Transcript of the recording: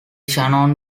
shannon